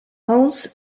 hans